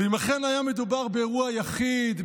אם אכן היה מדובר באירוע יחיד,